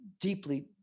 deeply